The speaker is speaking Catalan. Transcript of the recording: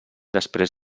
després